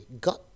got